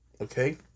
Okay